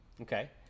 Okay